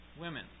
women